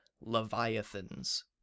leviathans